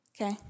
okay